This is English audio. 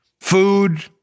food